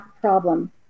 problem